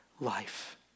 life